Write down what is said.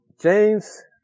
James